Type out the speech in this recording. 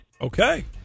Okay